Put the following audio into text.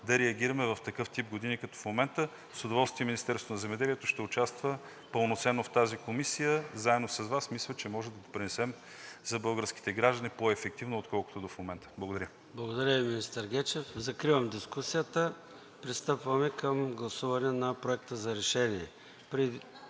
да реагираме в такъв тип години, като в момента. С удоволствие Министерството на земеделието ще участва пълноценно в тази комисия. Заедно с Вас мисля, че можем да допринесем за българските граждани по-ефективно, отколкото до момента. Благодаря. ПРЕДСЕДАТЕЛ ЙОРДАН ЦОНЕВ: Благодаря Ви, министър Гечев. Закривам дискусията. Пристъпваме към гласуване на Проекта за решение.